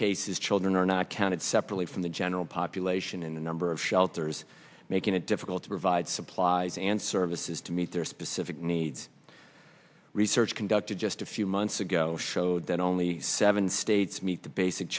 cases children are not counted separately from the general population in a number of shelters making it difficult to provide supplies and services to meet their specific needs research conducted just a few months ago showed that only seven states meet the basic